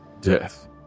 death